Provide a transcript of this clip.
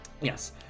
Yes